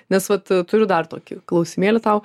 nes vat turiu dar tokį klausimėlį tau